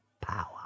Power